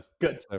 good